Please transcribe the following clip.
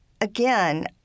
again